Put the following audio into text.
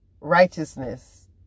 righteousness